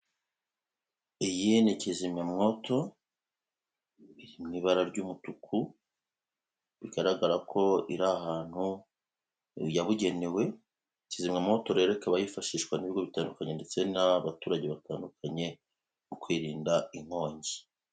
Iyi ni kizimyawoto iri mu ibara ry'umutuku bigaragara ko iri ahantu yabugenewe kizimyamwo rero ikaba yifashishwa n'ibigo bitandukanye ndetse n'abaturage batandukanye mu kwirinda inkongi.